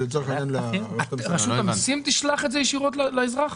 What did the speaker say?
רשות המיסים תשלח את זה ישירות לאזרח?